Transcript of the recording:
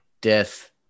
death